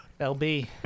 LB